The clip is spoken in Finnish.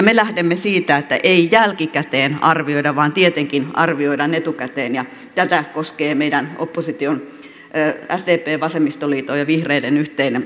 me lähdemme siitä että ei jälkikäteen arvioida vaan tietenkin arvioidaan etukäteen ja tätä koskee meidän opposition sdpn vasemmistoliiton ja vihreiden yhteinen vastalause